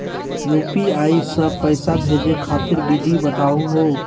UPI स पैसा भेजै खातिर विधि बताहु हो?